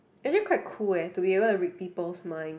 actually quite cool eh to be able to read people's mind